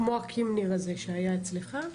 כמו הכימניר הזה שהיה אצלך?